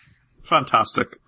Fantastic